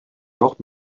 noch